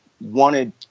wanted